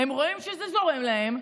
הם רואים שזה זורם להם,